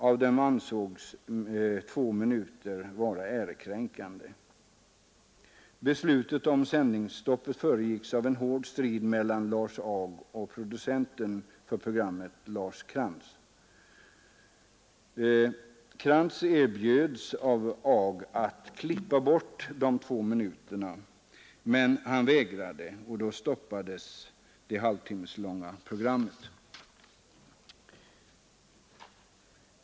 Av dem ansågs två minuter vara ärekränkande. Beslutet om sändningsstopp föregicks av en hård strid mellan Lars Ag och producenten för programmet Lars Krantz. Krantz ”erbjöds” av Ag att klippa bort de två minuterna, men han vägrade. Då stoppades det halvtimmeslånga programmet.